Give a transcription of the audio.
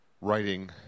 writing